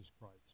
Christ